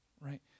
right